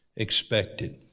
Expected